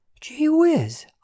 Gee-whiz